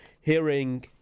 hearing